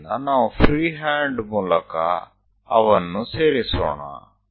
તો ચાલો આપણે મુક્ત હાથથી જોડીએ